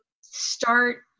start